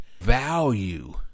value